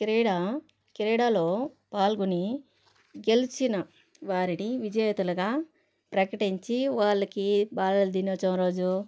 క్రీడ క్రీడలో పాల్గొని గెలిచిన వారిని విజేతలగా ప్రకటించి వాళ్ళకి బాలల దినోత్సవం రోజు